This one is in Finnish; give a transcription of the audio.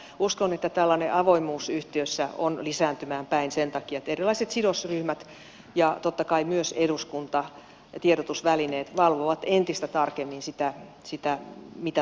uskon että tällainen avoimuus yhtiöissä on lisääntymään päin sen takia että erilaiset sidosryhmät ja totta kai myös eduskunta tiedotusvälineet valvovat entistä tarkemmin sitä mitä tapahtuu